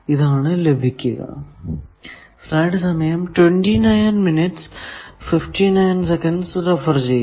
ഇതാണ് ലഭിക്കുക